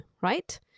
right